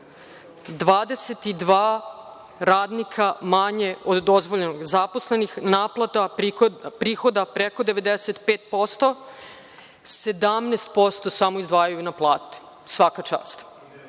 22 radnika manje od dozvoljenog zaposlenih, naplata prihoda preko 95%, 17% samo izdvajaju za plate, svaka čast,